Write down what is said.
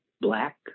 black